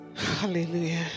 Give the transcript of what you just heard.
Hallelujah